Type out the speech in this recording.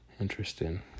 Interesting